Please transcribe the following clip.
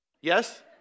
Yes